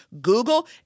google